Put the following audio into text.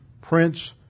Prince